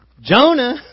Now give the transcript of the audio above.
Jonah